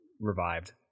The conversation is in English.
revived